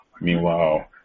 Meanwhile